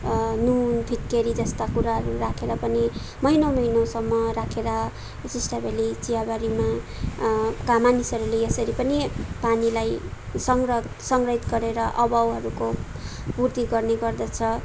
नुन फिट्केरी जस्ता कुराहरू राखेर पनि महिनौँ महिनौँसम्म राखेर टिस्टाभेल्ली चियाबारीमा का मानिसहरूले यसरी पनि पानीलाई सङ्ग्रह सङ्ग्रहित गरेर अभावहरूको पूर्ति गर्ने गर्दछ